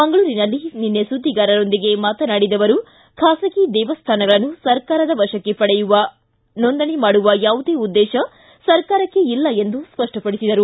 ಮಂಗಳೂರಿನಲ್ಲಿ ನಿನ್ನೆ ಸುದ್ದಿಗಾರರಿಗೆ ಈ ವಿಷಯ ತಿಳಿಸಿದ ಅವರು ಖಾಸಗಿ ದೇವಸ್ಥಾನಗಳನ್ನು ಸರಕಾರದ ವಶಕ್ಕೆ ಪಡೆಯುವ ನೋಂದಣಿ ಮಾಡುವ ಯಾವುದೇ ಉದ್ದೇಶ ಸರಕಾರಕ್ಕೆ ಇಲ್ಲ ಎಂದು ಸ್ವಷ್ಟಪಡಿಸಿದರು